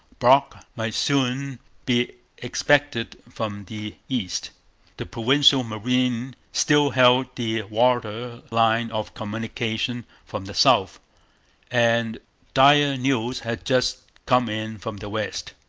brock might soon be expected from the east the provincial marine still held the water line of communication from the south and dire news had just come in from the west.